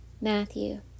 Matthew